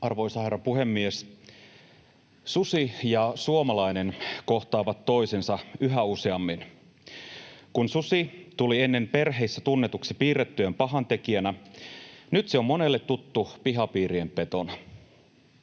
Arvoisa herra puhemies! Susi ja suomalainen kohtaavat toisensa yhä useammin. Kun susi tuli ennen perheissä tunnetuksi piirrettyjen pahantekijänä, nyt se on monelle tuttu pihapiirien petona.